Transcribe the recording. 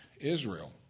Israel